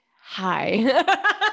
Hi